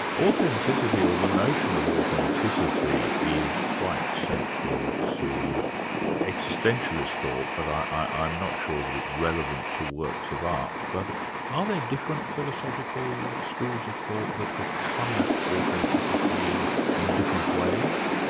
authenticity, or the notion of authenticity, is quite central to existentialist thought, but i'm not sure that it's relevant to works of art. but are there different philosophical schools of thought that have come at authenticity in in different ways?